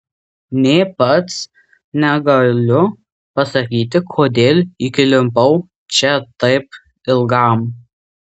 nė pats negaliu pasakyti kodėl įklimpau čia taip ilgam